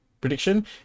prediction